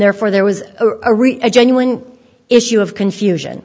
therefore there was a real genuine issue of confusion